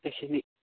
এইখিনি